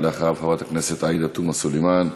אחריו, חברת הכנסת עאידה תומא סלימאן,